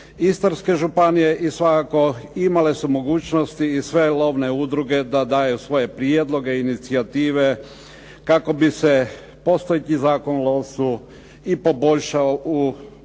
Istarske županije. I svakako imale su mogućnosti i sve lovne udruge da daju svoje prijedloge, inicijative, kako bi se postojeći Zakon o lovstvu i poboljšao u